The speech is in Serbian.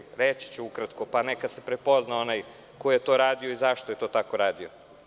Ipak ću reći ukratko pa neka se prepozna onaj koji je to radio i zašto je tako radio.